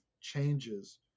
changes